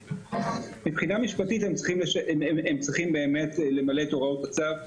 מבחינה משפטית הם צריכים באמת למלא את הוראות הצו,